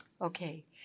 Okay